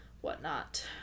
whatnot